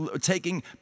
taking